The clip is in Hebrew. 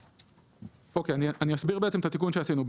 אני אסביר את התיקון שעשינו.